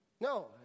No